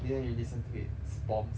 didn't you listen to it it's bombs